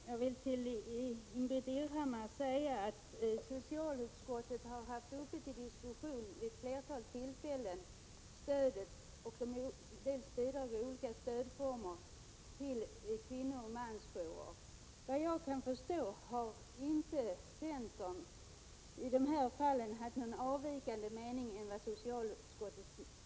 Herr talman! Jag vill till Ingbritt Irhammar säga att socialutskottet vid ett flertal tillfällen har haft de olika stödformerna till kvinnooch mansjourer uppe till diskussion. Såvitt jag kan förstå har centern inte haft någon annan mening än majoriteten i socialutskottet.